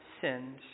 sinned